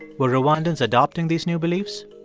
were rwandans adopting these new beliefs?